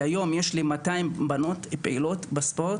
היום יש לי 200 בנות פעילות בספורט.